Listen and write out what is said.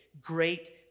Great